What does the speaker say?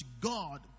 God